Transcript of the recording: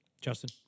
Justin